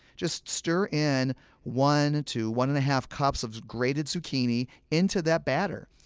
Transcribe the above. just stir in one to one and a half cups of grated zucchini into that batter.